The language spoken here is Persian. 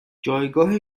جایگاه